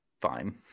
fine